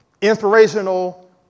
inspirational